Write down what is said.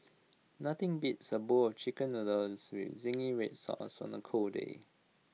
nothing beats A bowl of Chicken Noodles with Zingy Red Sauce on A cold day